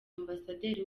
ambasaderi